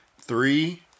Three